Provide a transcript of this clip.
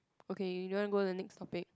okay you don't want go the next topic